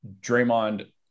Draymond